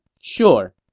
sure